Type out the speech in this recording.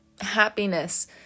happiness